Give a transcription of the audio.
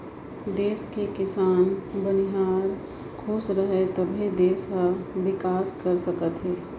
देस के किसान, बनिहार खुस रहीं तभे देस ह बिकास कर सकत हे